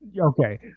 Okay